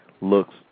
looks